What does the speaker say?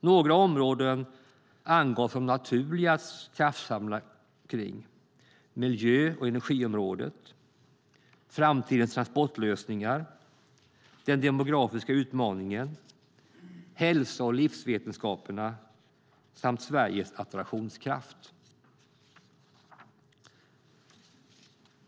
Några områden som angavs som naturliga att kraftsamla kring är miljö och energiområdet framtidens transportlösningar den demografiska utmaningen hälsa och livsvetenskaperna samt Sveriges attraktionskraft.